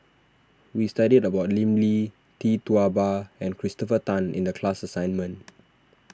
we studied about Lim Lee Tee Tua Ba and Christopher Tan in the class assignment